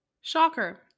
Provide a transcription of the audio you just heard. Shocker